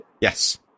yes